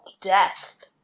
death